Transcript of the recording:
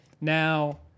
now